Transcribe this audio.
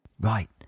Right